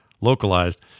localized